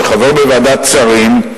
של חבר בוועדת שרים,